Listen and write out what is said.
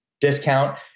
discount